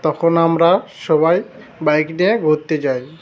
তখন আমরা সবাই বাইক নিয়ে ঘুরতে যাই